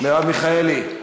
מרב מיכאלי,